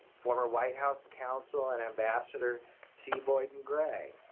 former white house counsel and ambassador c. boyden gray,